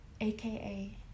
aka